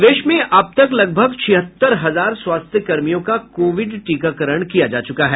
प्रदेश में अब तक लगभग छिहत्तर हजार स्वास्थ्यकर्मियों का कोविड टीकाकरण किया जा चुका है